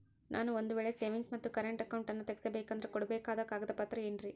ನಾನು ಒಂದು ವೇಳೆ ಸೇವಿಂಗ್ಸ್ ಮತ್ತ ಕರೆಂಟ್ ಅಕೌಂಟನ್ನ ತೆಗಿಸಬೇಕಂದರ ಕೊಡಬೇಕಾದ ಕಾಗದ ಪತ್ರ ಏನ್ರಿ?